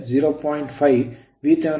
ಅಂದರೆ 0